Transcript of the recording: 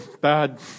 bad